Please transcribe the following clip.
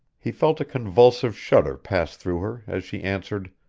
he felt a convulsive shudder pass through her as she answered,